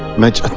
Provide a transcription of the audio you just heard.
much